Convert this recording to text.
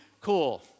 cool